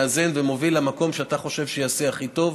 מאזן ומוביל למקום שאתה חושב שיעשה הכי טוב.